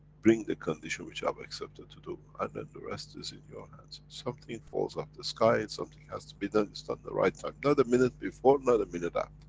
bring the condition which i have accepted to do. and then the rest is in your hands. something falls of the sky, something has to be done, is on the right time. not a minute before, not a minute um